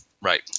right